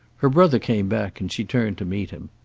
her brother came back, and she turned to meet him.